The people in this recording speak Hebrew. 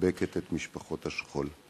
ומחבקת את משפחות השכול.